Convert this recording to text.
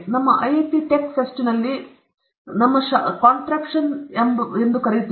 ನಮ್ಮ IIT tech ಫೆಸ್ಟಿನಲ್ಲಿ ನಮ್ಮ ಶಾಸ್ತ್ರದಲ್ಲಿ ಕಾಂಟ್ರಾಪ್ಷನ್ ಎಂದು ನಾವು ಕರೆಯುತ್ತೇವೆ